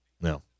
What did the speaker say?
No